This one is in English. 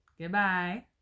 Goodbye